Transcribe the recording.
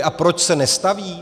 A proč se nestaví?